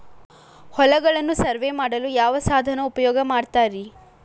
ಹೊಲಗಳನ್ನು ಸರ್ವೇ ಮಾಡಲು ಯಾವ ಸಾಧನ ಉಪಯೋಗ ಮಾಡ್ತಾರ ರಿ?